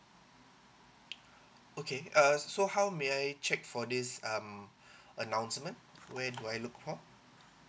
okay uh so how may I check for this um announcement where do I look for